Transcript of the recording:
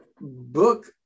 Book-